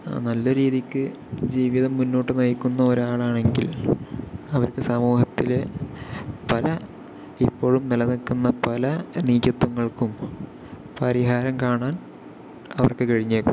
ആ നല്ല രീതിക്ക് ജീവിതം മുന്നോട്ട് നയിക്കുന്ന ഒരാളാണെങ്കിൽ അവർക്ക് സമൂഹത്തിലെ പല ഇപ്പോഴും നില നിക്കുന്ന പല നീചത്വങ്ങൾക്കും പരിഹാരം കാണാൻ അവർക്ക് കഴിഞ്ഞേക്കും